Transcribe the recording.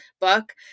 book